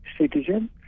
citizen